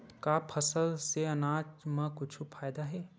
का फसल से आनाज मा कुछु फ़ायदा हे?